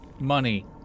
money